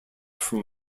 from